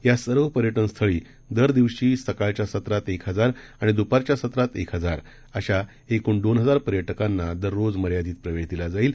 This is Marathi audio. यासर्वपर्यटनस्थळीदरदिवशीसकाळच्यासत्रातएकहजारआणिदुपारच्यासत्रातएकाहजारअशाएकूणदोनहजारपर्यटकांना दररोजमर्यादितप्रवेशदिलाजाईल